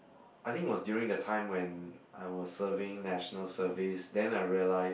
I think it was during the time when I was serving National Service then I realised